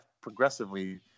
progressively